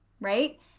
right